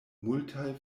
multaj